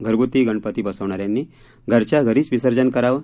घरगुती गणपती बसवणा यांनी घरच्या घरीच विसर्जन करावं